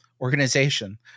organization